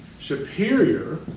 Superior